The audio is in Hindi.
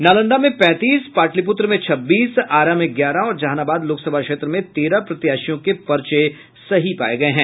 नालंदा में पैंतीस पाटलिपुत्र में छब्बीस आरा में ग्यारह और जहानाबाद लोकसभा क्षेत्र में तेरह प्रत्याशियों के पर्चे सही पाये गये हैं